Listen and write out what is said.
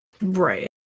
Right